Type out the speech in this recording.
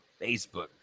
Facebook